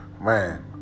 Man